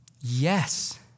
Yes